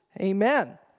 Amen